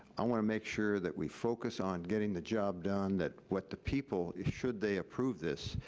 i want to make sure that we focus on getting the job done that what the people, should they approve this,